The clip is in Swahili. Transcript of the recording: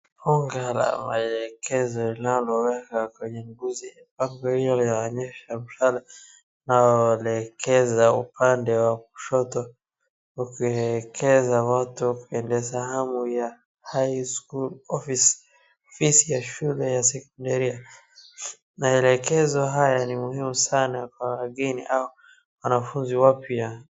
Unda wa maelekezo uliowekwa kwenye nguzi. Bango hiyo laonyesha mshale nao elekeza upande wa kushoto. Ukielekeza watu kuelekea sehemu ya high school office . Ofisi ya shule ya secondary . Maelekezo haya ni muhimu sana kwa wageni au wanafunzi wapya.